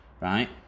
right